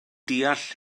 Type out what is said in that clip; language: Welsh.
deall